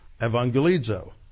evangelizo